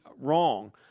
wrong